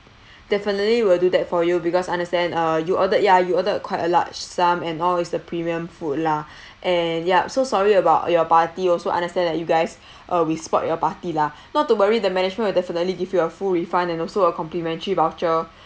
definitely we'll do that for you because understand uh you ordered ya you ordered quite a large sum and all is the premium food lah and ya so sorry about your party also understand that you guys uh we spoilt your party lah not to worry the management will definitely give you a full refund and also a complimentary voucher